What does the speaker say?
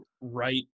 right